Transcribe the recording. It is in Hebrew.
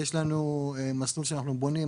יש לנו מסלול שאנחנו בונים,